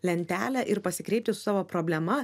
lentelę ir pasikreipti su savo problema